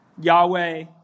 Yahweh